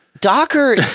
Docker